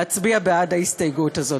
להצביע בעד ההסתייגות הזאת.